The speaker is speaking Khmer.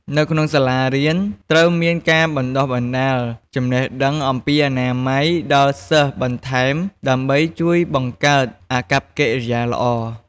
នៅក្នុងសាលារៀនត្រូវមានការបណ្តុះបណ្តាល ចំណេះដឺងអំពីអនាម័យដល់សិស្សបន្ថែមដើម្បីជួយបង្កើតអាកប្បកិរិយាល្អ។